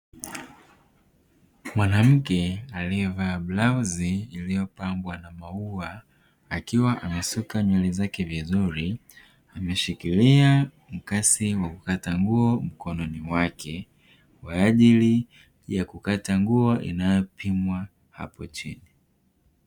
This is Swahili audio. Mwanamke aliyevaa brauzi iliyopambwa na maua akiwa amesuka nywele zake vizuri ameshikilia mkasi wa kukata nguo mkononi mwake kwa ajili ya kukata nguo inayopimwa hapo chini.